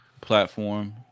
platform